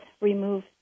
remove